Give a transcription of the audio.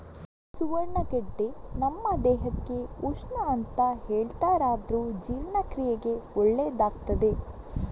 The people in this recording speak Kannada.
ಸುವರ್ಣಗಡ್ಡೆ ನಮ್ಮ ದೇಹಕ್ಕೆ ಉಷ್ಣ ಅಂತ ಹೇಳ್ತಾರಾದ್ರೂ ಜೀರ್ಣಕ್ರಿಯೆಗೆ ಒಳ್ಳೇದಾಗ್ತದೆ